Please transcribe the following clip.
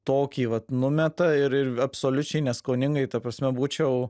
tokį vat numeta ir ir absoliučiai neskoningai ta prasme būčiau